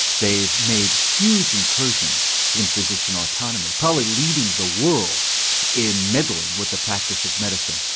they've made huge incursions in physician autonomy, probably leading the world in meddling with the practise of medicine.